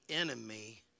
enemy